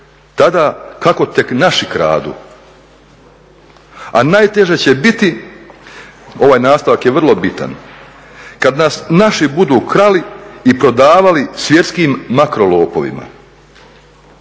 tada kako tek naši kradu. A najteže će biti, ovaj nastavak je vrlo bitan, kad nas naši budu krali i prodavali svjetskim makro-lopovima.